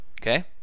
Okay